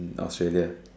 in Australia